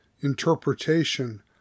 interpretation